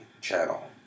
channel